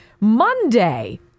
Monday